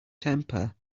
temper